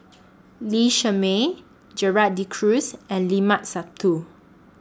Lee Shermay Gerald De Cruz and Limat Sabtu